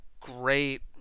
great